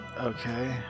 Okay